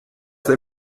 they